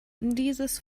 dieses